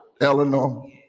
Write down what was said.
Eleanor